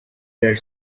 their